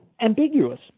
ambiguous